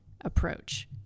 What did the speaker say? approach